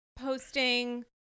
posting